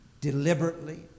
deliberately